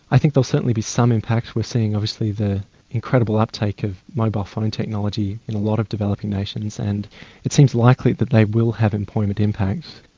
i think there will certainly be some impact. we are seeing obviously the incredible uptake of mobile phone technology in a lot of developing nations, and it seems likely that they will have employment impact.